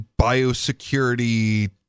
biosecurity